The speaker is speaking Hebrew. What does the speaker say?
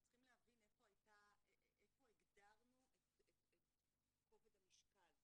אתם צריכים להבין איפה הגדרנו את כובד המשקל,